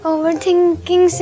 Overthinking